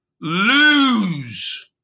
lose